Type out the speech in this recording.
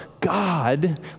God